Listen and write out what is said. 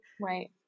Right